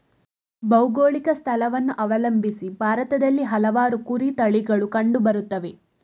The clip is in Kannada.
ಭೌಗೋಳಿಕ ಸ್ಥಳವನ್ನು ಅವಲಂಬಿಸಿ ಭಾರತದಲ್ಲಿ ಹಲವಾರು ಕುರಿ ತಳಿಗಳು ಕಂಡು ಬರುತ್ತವೆ